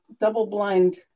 double-blind